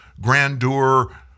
grandeur